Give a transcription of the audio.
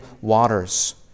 waters